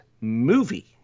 movie